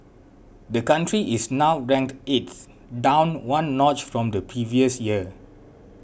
the country is now ranked eighth down one notch from the previous year